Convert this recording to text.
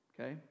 Okay